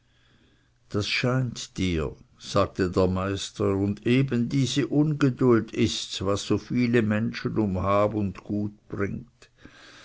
das scheint dir sagte der meister und eben diese ungeduld ists was so viele menschen um hab und gut bringt